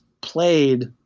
played